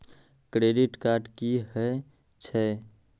Credit card की हे छे?